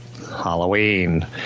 Halloween